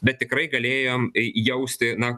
bet tikrai galėjom jausti na